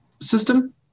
system